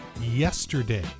Yesterday